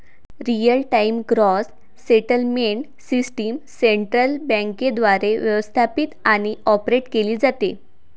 real time gross settlement system central बँकेद्वारे व्यवस्थापित आणि ऑपरेट केली जाते